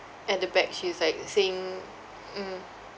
at the back she was like saying mm